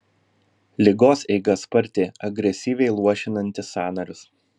ligos eiga sparti agresyviai luošinanti sąnarius